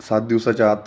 सात दिवसाच्या आत